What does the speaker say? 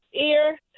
ear